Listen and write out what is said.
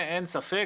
אין ספק.